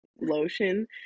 lotion